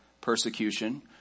persecution